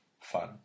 fun